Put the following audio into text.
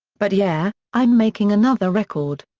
but yeah, i'm making another record.